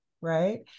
right